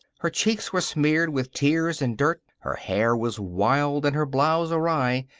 her cheeks were smeared with tears and dirt. her hair was wild and her blouse awry.